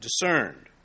discerned